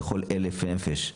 לכל אלף נפש,